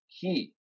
key